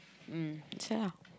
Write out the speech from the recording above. mm that's why lah